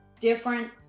different